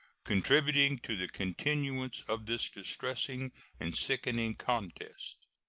contributing to the continuance of this distressing and sickening contest.